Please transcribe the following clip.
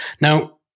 Now